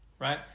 right